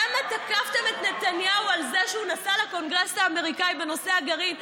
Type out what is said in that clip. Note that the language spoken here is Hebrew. כמה תקפתם את נתניהו על זה שהוא נסע לקונגרס האמריקני בנושא הגרעין.